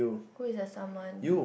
who is the someone